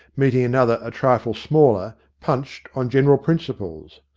meeting another a trifle smaller, punched on general principles.